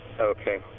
Okay